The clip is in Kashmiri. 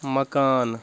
مکان